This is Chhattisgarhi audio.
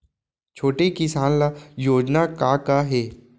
छोटे किसान ल योजना का का हे?